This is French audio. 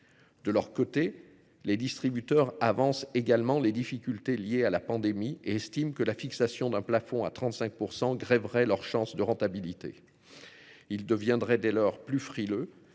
De leur côté les distributeurs avancent également les difficultés liées à la pandémie et estime que la fixation d'un plafond à 35% grèverait leurs chances de rentabilité. Il deviendrait dès lors plus frileux,